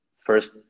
first